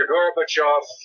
Gorbachev